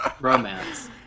romance